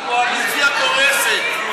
הקואליציה קורסת.